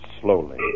slowly